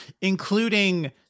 including